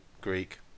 Greek